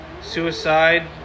suicide